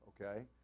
okay